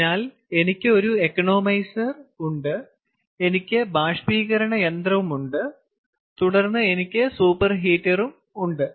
അതിനാൽ എനിക്ക് ഒരു ഇക്കണോമൈസർ ഉണ്ട് എനിക്ക് ബാഷ്പീകരണ യന്ത്രമുണ്ട് തുടർന്ന് എനിക്ക് സൂപ്പർഹീറ്ററും ഉണ്ട്